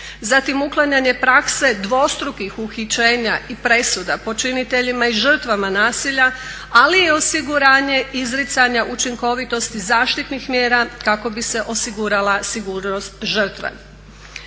zatim uklanjanje prakse dvostrukih uhićenja i presuda počiniteljima i žrtvama nasilja, ali i osiguranje izricanja učinkovitosti zaštitnih mjera kako bi se osigurala sigurnost žrtve.